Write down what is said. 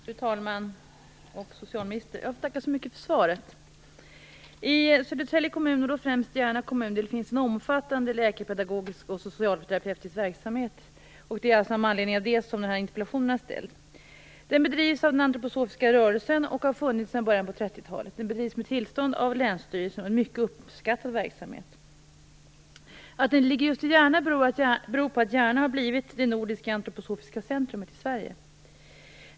Fru talman! Socialministern! Jag får tacka så mycket för svaret. I Södertälje kommun, och då främst Järna kommun, finns det en omfattande läkepedagogisk och socialterapeutisk verksamhet, och det är med anledning av detta som jag har ställt den här interpellationen. Verksamheten bedrivs av den antroposofiska rörelsen och har funnits sedan början på 30-talet. Den bedrivs med tillstånd av länsstyrelsen och är mycket uppskattad. Att den ligger just i Järna beror på att Järna har blivit det nordiska antroposofiska centrumet i Sverige.